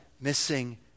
missing